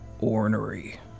Ornery